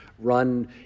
run